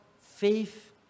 faith